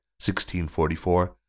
1644